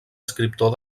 escriptor